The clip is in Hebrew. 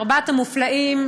ארבעת המופלאים,